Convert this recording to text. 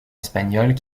espagnoles